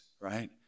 right